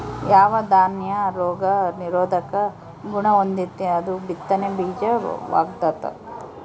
ಯಾವ ದಾನ್ಯ ರೋಗ ನಿರೋಧಕ ಗುಣಹೊಂದೆತೋ ಅದು ಬಿತ್ತನೆ ಬೀಜ ವಾಗ್ತದ